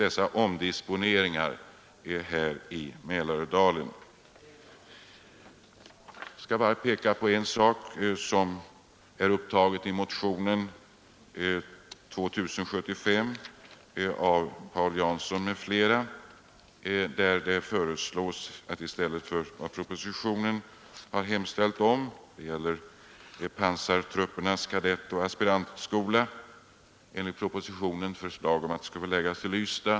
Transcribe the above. Jag skall bara peka på en sak som upptagits i motionen 2075 av Paul Jansson m.fl. I denna föreslås att pansartruppernas kadettoch aspirantskola skall förläggas till Skövde i stället för som propositionen föreslår till Ystad.